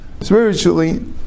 spiritually